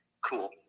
Cool